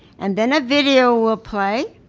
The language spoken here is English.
and then a video will play.